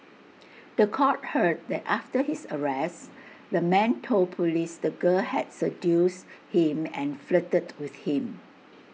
The Court heard that after his arrest the man told Police the girl had seduced him and flirted with him